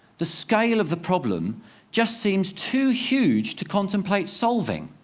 the scale of the problem just seems too huge to contemplate solving.